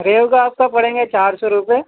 ریہو کے آپ کو پڑیں گے چار سو روپیے